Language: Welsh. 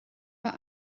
mae